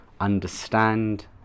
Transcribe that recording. understand